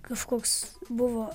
kažkoks buvo